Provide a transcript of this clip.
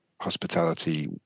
hospitality